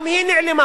גם היא נעלמה.